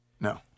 No